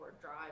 drive